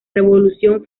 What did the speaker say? revolución